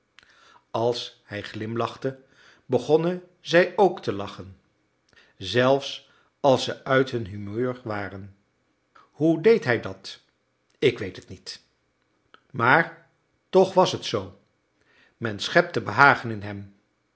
als hij glimlachte begonnen zij ook te lachen zelfs als ze uit hun humeur waren hoe deed hij dat ik weet het niet maar toch was het zoo men schepte behagen in hem